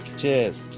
cheers.